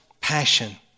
passion